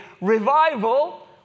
revival